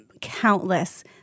countless